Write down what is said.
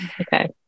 Okay